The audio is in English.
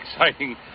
exciting